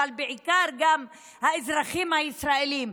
אבל בעיקר גם האזרחים הישראלים,